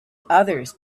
others